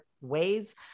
ways